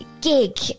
gig